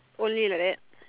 only like that